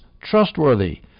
trustworthy